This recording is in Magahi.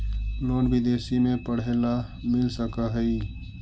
लोन विदेश में पढ़ेला मिल सक हइ?